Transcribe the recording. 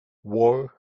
war